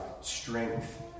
strength